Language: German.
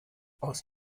aus